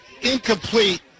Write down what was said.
incomplete